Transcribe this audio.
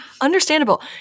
Understandable